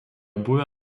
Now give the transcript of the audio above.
buvę